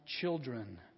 children